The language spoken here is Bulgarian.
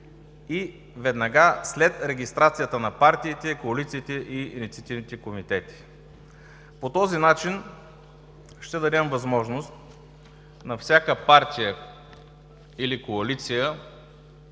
и веднага след регистрацията на партиите, коалициите и инициативните комитети. По този начин ще дадем възможност на всяка партия или коалиция